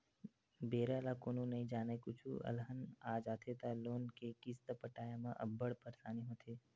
बेरा ल कोनो नइ जानय, कुछु अलहन आ जाथे त लोन के किस्त पटाए म अब्बड़ परसानी होथे